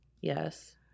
yes